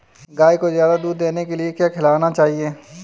गाय को ज्यादा दूध देने के लिए क्या खिलाना चाहिए?